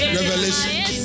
Revelation